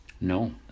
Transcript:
No